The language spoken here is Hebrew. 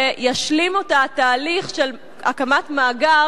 וישלים אותה התהליך של הקמת מאגר